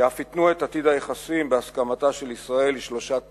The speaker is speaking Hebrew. שאף התנו את עתיד היחסים בהסכמתה של ישראל לשלושה תנאים: